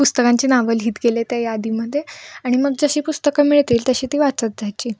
पुस्तकांची नावं लिहित गेले त्या यादीमध्ये आणि मग जशी पुस्तकं मिळतील तशी ती वाचत जायची